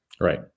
Right